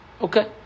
okay